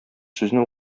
сүзне